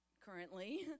currently